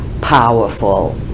powerful